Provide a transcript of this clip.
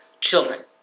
Children